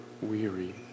weary